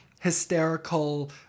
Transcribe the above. hysterical